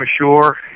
ashore